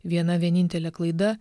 viena vienintelė klaida